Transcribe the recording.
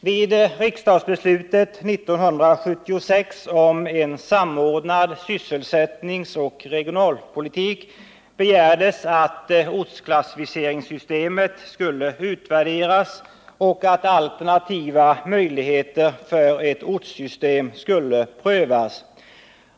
Vid riksdagsbeslutet 1976 om en samordnad sysselsättningsoch regionalpolitik begärdes att ortsklassificeringssystemet skulle utvärderas och att alternativa möjligheter för ett ortssystem skulle prövas.